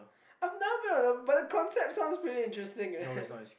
I've never been on a but the concept sounds pretty interesting eh